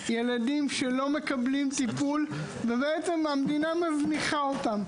ילדים שלא מקבלים טיפול ובעצם המדינה מזניחה אותם.